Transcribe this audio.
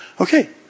Okay